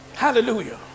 Hallelujah